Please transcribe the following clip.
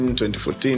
2014